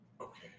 Okay